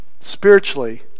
spiritually